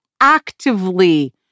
actively